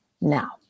now